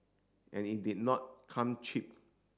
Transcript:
and it did not come cheap